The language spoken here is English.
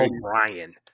O'Brien